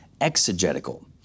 exegetical